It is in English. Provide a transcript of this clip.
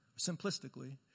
simplistically